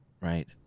right